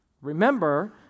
Remember